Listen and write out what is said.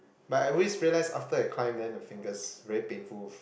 but I always realised after I climb then the fingers very painful